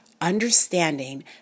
understanding